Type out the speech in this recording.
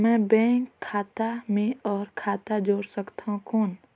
मैं बैंक खाता मे और खाता जोड़ सकथव कौन?